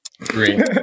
Green